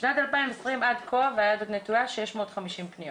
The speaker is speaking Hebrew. בשנת 2020 עד כה, והיד עוד נטויה, 650 פניות.